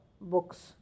books